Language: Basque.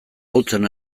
ahultzen